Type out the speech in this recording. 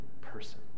person